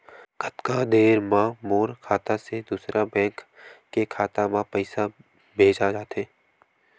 कतका देर मा मोर खाता से दूसरा बैंक के खाता मा पईसा भेजा जाथे?